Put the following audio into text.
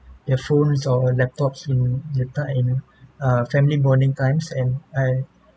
their phones or laptops in the time in uh family bonding times and I